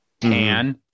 Tan